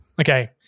okay